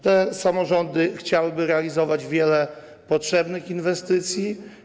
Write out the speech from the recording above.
Te samorządy chciałyby realizować wiele potrzebnych inwestycji.